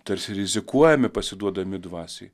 tarsi rizikuojame pasiduodami dvasiai